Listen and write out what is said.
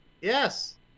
Yes